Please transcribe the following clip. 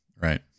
Right